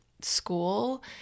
school